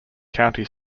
county